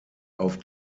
auf